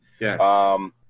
Yes